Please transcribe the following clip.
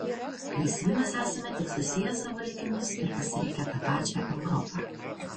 laisvi mes esame tik susieję savo likimus ir pasirinkę tą pačią europą